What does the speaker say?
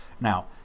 Now